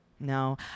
No